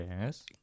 Yes